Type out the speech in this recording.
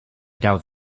doubt